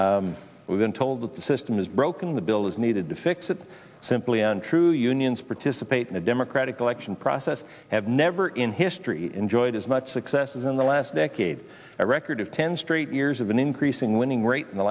organized we've been told that the system is broken the bill is needed to fix it simply untrue unions participate in a democratic election process have never in history enjoyed as much success as in the last decade a record of ten straight years of an increasing winning rate in the